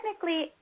Technically